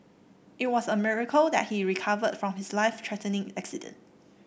it was a miracle that he recovered from his life threatening accident